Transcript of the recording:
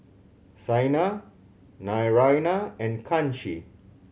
Saina Naraina and Kanshi